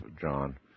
John